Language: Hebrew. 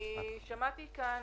שמעתי כאן